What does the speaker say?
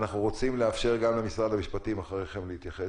אנחנו רוצים לאפשר גם למשרד המשפטים להתייחס אחרי כן,